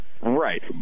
Right